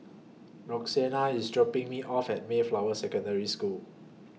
Roxanna IS dropping Me off At Mayflower Secondary School